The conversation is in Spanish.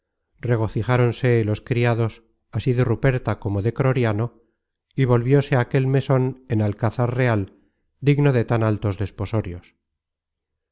regocijáronse los criados así de ruperta como de croriano y volvióse aquel meson en alcázar real digno de tan altos desposorios